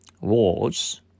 wars